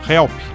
Help